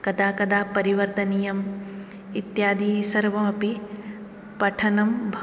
कदा कदा परिवर्तनीयम् इत्यादि सर्वम् अपि पठनं भ